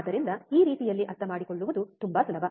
ಆದ್ದರಿಂದ ಈ ರೀತಿಯಲ್ಲಿ ಅರ್ಥಮಾಡಿಕೊಳ್ಳುವುದು ತುಂಬಾ ಸುಲಭ